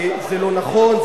זה לא נכון,